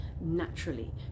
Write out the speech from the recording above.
naturally